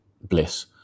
bliss